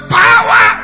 power